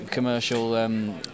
commercial